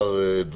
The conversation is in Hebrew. בוקר טוב לכולם.